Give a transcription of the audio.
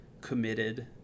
committed